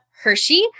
Hershey